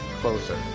closer